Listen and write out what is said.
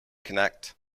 connect